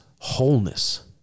wholeness